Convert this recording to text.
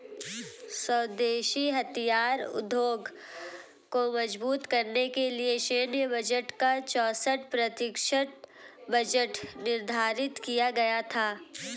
स्वदेशी हथियार उद्योग को मजबूत करने के लिए सैन्य बजट का चौसठ प्रतिशत बजट निर्धारित किया गया था